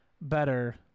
better